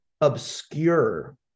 obscure